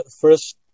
first